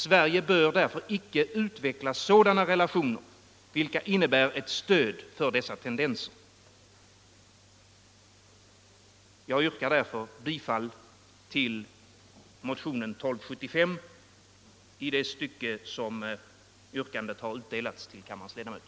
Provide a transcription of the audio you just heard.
Sverige bör därför icke utveckla sådana relationer, vilka innebär ett stöd för dessa tendenser. Herr talman! Jag skall i ett senare anförande återkomma med vårt yrkande.